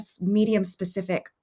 medium-specific